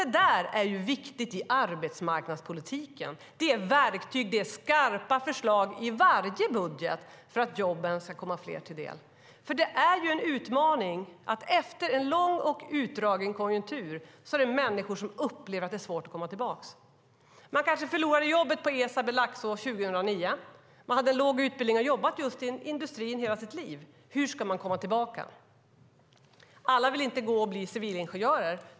Allt det är viktigt i arbetsmarknadspolitiken. Det finns verktyg och skarpa förslag i varje budget för att jobben ska komma fler till del. Det är en utmaning när människor efter en lång och utdragen lågkonjunktur upplever att det är svårt att komma tillbaka. Man kanske förlorade jobbet på Esab i Laxå 2009. Man hade låg utbildning och hade jobbat i industrin hela sitt liv. Hur ska man komma tillbaka? Alla vill inte bli civilingenjörer.